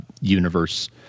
universe